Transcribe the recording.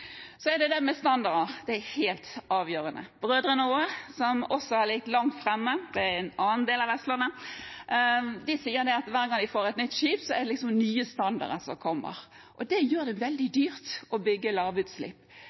Så er det med standarder helt avgjørende. Brødrene Aa, som også har ligget langt framme – det er på en annen del av Vestlandet – sier at hver gang de får et nytt skip, har det kommet nye standarder. Det gjør det veldig dyrt å bygge lavutslipp.